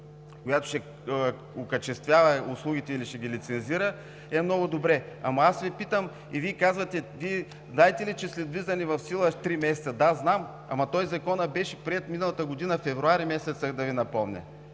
която ще окачествява услугите или ще ги лицензира – това е много добре. Ама аз Ви питам и Вие казвате: „Вие знаете ли, че след влизане в сила – три месеца?“ Да, знам! Ама Законът беше приет миналата година февруари месец, исках да Ви напомня.